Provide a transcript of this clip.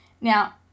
Now